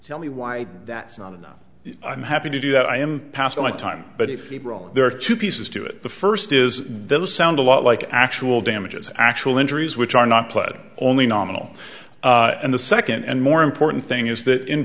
tell me why that's not enough i'm happy to do that i am past my time but if there are two pieces to it the first is those sound a lot like actual damages actual injuries which are not playing only nominal and the second and more important thing is that in